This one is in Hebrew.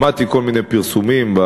ב-24 השעות האחרונות שמעתי כל מיני פרסומים על